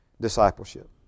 Discipleship